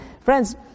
Friends